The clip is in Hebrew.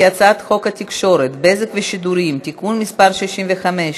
חוק התקשורת (בזק ושידורים) (תיקון מס' 65),